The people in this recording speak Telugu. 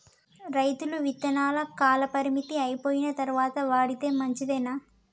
రైతులు విత్తనాల కాలపరిమితి అయిపోయిన తరువాత వాడితే మంచిదేనా?